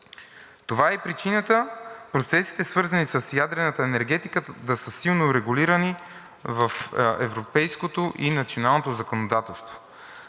Това е и причината процесите, свързани с ядрената енергетика, да са силно регулирани в европейското и националното законодателство.